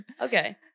okay